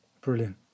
brilliant